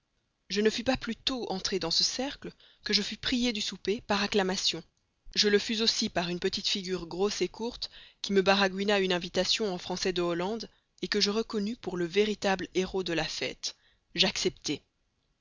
je ne fus pas plutôt entré dans ce cercle que je fus prié du souper par acclamation je le fus aussi par une petite figure grosse courte qui me baragouina une invitation en français de hollande que je reconnus pour le véritable héros de la fête j'acceptai